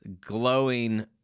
glowing